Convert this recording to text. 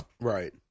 Right